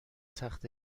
تخت